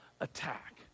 attack